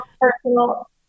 personal